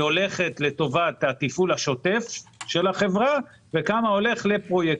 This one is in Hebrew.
הולך לטובת התפעול השוטף של החברה וכמה הולך לפרויקטים.